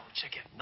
chicken